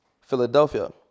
Philadelphia